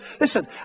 Listen